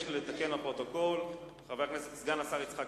התשס"ט